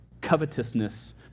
covetousness